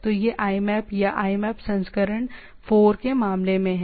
तो यह IMAP या IMAP संस्करण 4 के मामले में है